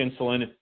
insulin